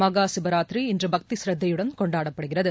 மகா சிவராத்திரி இன்று பக்தி சிரத்தையுடன் கொண்டாடப்படுகிறது